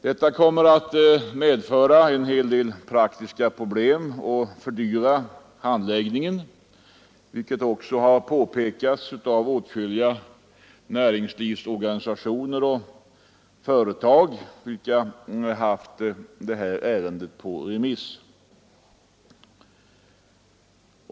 Detta kommer att medföra en hel del praktiska problem och fördyrar handläggningen, vilket också påpekats av åtskilliga näringslivsorganisationer och företag vilka haft ärendet på remiss.